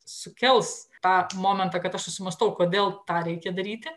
sukels tą momentą kad aš susimąstau kodėl tą reikia daryti